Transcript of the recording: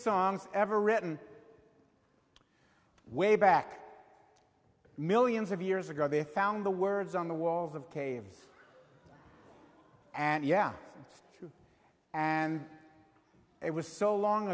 songs ever written way back millions of years ago they found the words on the walls of caves and yeah and it was so long